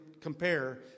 compare